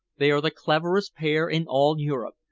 they are the cleverest pair in all europe.